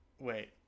Wait